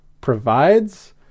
provides